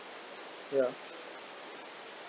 ya